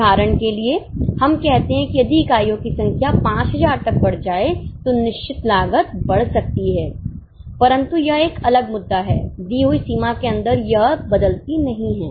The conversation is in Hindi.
उदाहरण के लिए हम कहते हैं कि यदि इकाइयों की संख्या 5000 तक बढ़ जाए तो निश्चित लागत बढ़ सकती है परंतु यह एक अलग मुद्दा है दी हुई सीमा के अंदर यह बदलती नहीं है